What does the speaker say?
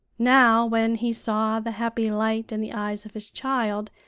now, when he saw the happy light in the eyes of his child,